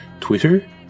Twitter